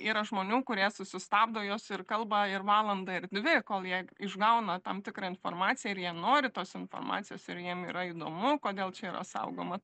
yra žmonių kurie susistabdo juos ir kalba ir valandą ir dvi kol jie išgauna tam tikrą informaciją ir jie nori tos informacijos ir jiem yra įdomu kodėl čia yra saugoma